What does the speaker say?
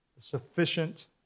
sufficient